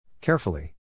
Carefully